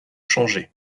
changé